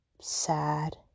sad